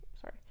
sorry